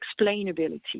explainability